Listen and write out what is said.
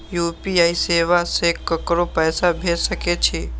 UPI सेवा से ककरो पैसा भेज सके छी?